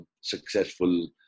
successful